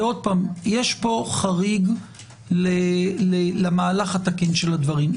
כי יש פה חריג למהלך התקין של הדברים.